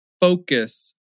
focus